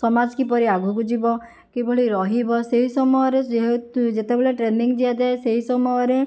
ସମାଜ କିପରି ଆଗକୁ ଯିବ କିଭଳି ରହିବ ସେହି ସମୟରେ ଯେହେତୁ ଯେତେବେଳେ ଟ୍ରେନିଂ ଦିଆଯାଏ ସେହି ସମୟରେ